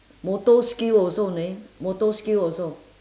motor skill also leh motor skill also